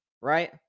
right